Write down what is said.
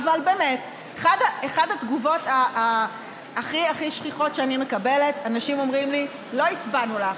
אחת התגובות הכי הכי שכיחות שאני מקבלת אנשים אומרים לי: לא הצבענו לך,